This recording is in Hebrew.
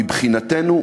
מבחינתנו,